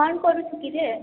କଣ କରୁଛୁ କିରେ